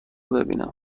ببینم